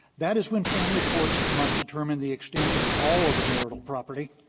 that is when family courts must determine the extent of all of the marital property,